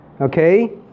Okay